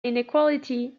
inequality